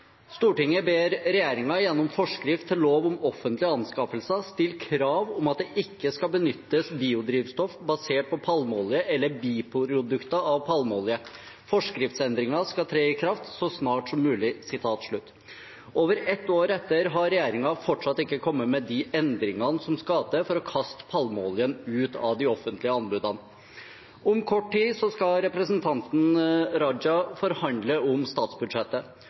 Stortinget, med Venstres stemmer, følgende: «Stortinget ber regjeringen gjennom forskrift til lov om offentlige anskaffelser stille krav om at det ikke skal benyttes biodrivstoff basert på palmeolje eller biprodukter av palmeolje. Forskriftsendringen skal tre i kraft så snart som mulig.» Over ett år etter har regjeringen fortsatt ikke kommet med de endringene som skal til for å kaste palmeoljen ut av de offentlige anbudene. Om kort tid skal representanten Raja forhandle om statsbudsjettet.